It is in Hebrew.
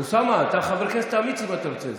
אוסאמה, אתה חבר כנסת אמיץ אם אתה רוצה הסברים.